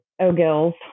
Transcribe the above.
O'Gills